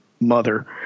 mother